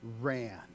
ran